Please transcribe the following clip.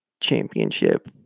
Championship